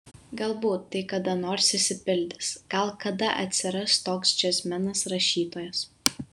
galbūt tai kada nors išsipildys gal kada atsiras toks džiazmenas rašytojas